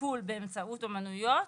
בטיפול באמצעות אמנויות,